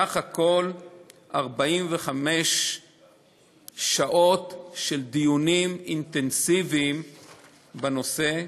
בסך הכול 45 שעות של דיונים אינטנסיביים בנושא,